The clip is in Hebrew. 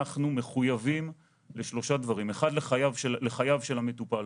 אנחנו מחויבים לשלושה דברים: אחת - לחייו של המטופל,